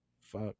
Fuck